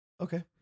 Okay